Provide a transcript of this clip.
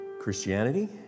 Christianity